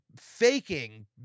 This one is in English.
faking